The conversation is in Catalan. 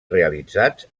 realitzats